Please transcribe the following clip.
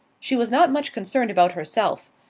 she was not much concerned about herself.